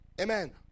Amen